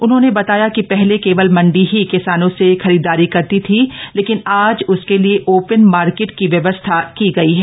उन्होंने बताया कि श्हले केवल मण्डी ही किसानों से खरीदारी करती थी लेकिन आज उसके लिए ओ न मार्केट की व्यवस्था की गई है